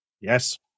Yes